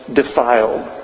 defiled